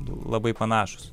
labai panašūs